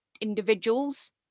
individuals